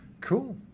cool